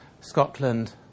Scotland